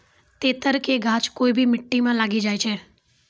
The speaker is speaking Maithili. तेतर के गाछ कोय भी मिट्टी मॅ लागी जाय छै